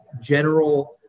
general